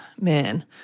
man